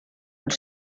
und